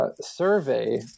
survey